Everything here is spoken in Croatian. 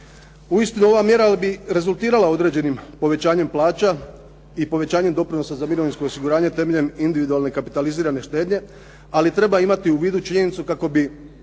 Uistinu ova mjera bi rezultirala određenim povećanjem plaća i povećanjem doprinosa za mirovinsko osiguranje temeljem individualne kapitalizirane štednje, ali treba imati u vidu činjenicu kako bi